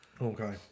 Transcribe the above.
Okay